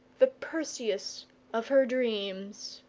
the perseus of her dreams.